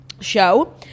show